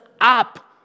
up